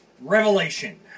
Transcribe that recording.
Revelation